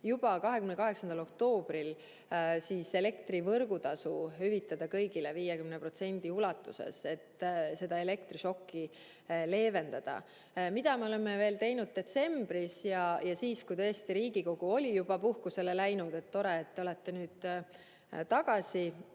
otsustasime elektri võrgutasu hüvitada kõigile 50% ulatuses, et elektrišokki leevendada. Mida me oleme teinud detsembris ja siis, kui Riigikogu oli juba puhkusele läinud? Tore, et te olete nüüd tagasi